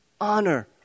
Honor